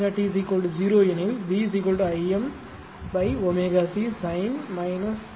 ω t 0 எனில் V I m ω c sin 0